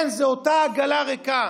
כן, זאת אותה עגלה ריקה,